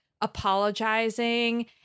apologizing